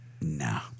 No